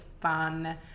fun